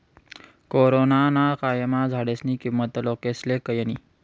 corona ना कायमा झाडेस्नी किंमत लोकेस्ले कयनी